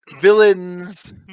villains